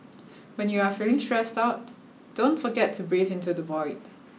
when you are feeling stressed out don't forget to breathe into the void